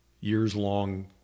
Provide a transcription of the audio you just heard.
years-long